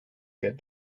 get